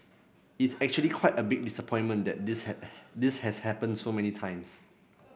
it's actually quite a big disappointment that this had this has happened so many times